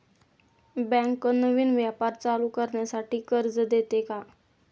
Bank नवीन व्यापार चालू करण्यासाठी कर्ज देते का?